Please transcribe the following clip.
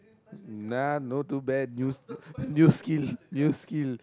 nah not too bad new new skill new skill